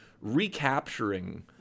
recapturing